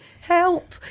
help